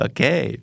Okay